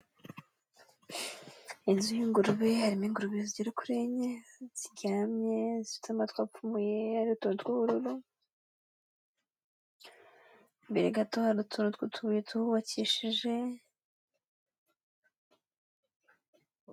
Inzu y'ingurube, harimo ingurube zigera kuri enye ziryamye, zifite amatwi apfumuye, ariho utuntu tw'ubururu, imbere gato hari utuntu tw'ubuye tuhubakishije.